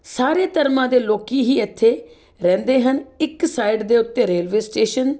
ਸਾਰੇ ਧਰਮਾਂ ਦੇ ਲੋਕ ਹੀ ਇੱਥੇ ਰਹਿੰਦੇ ਹਨ ਇੱਕ ਸਾਈਡ ਦੇ ਉੱਤੇ ਰੇਲਵੇ ਸਟੇਸ਼ਨ